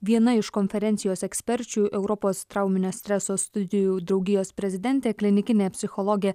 viena iš konferencijos eksperčių europos trauminio streso studijų draugijos prezidentė klinikinė psichologė